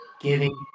Giving